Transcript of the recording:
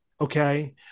Okay